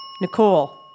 Nicole